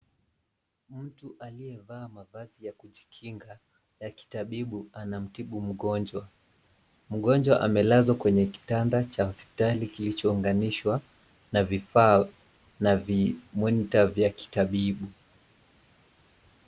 Mtu aliyevaa mavazi ya kujikinga ya kitabibu anamtibu mgonjwa. Mgonjwa amelazwa kwenye kitanda cha hospitali kilichunganishwa na vifaa vya kitabibu.